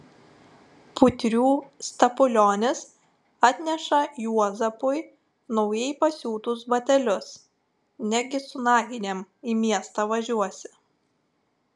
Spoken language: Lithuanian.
putrių stapulionis atneša juozapui naujai pasiūtus batelius negi su naginėm į miestą važiuosi